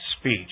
speech